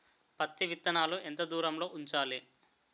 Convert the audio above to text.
పత్తి విత్తనాలు ఎంత దూరంలో ఉంచాలి?